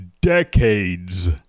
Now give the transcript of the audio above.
decades